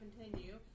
continue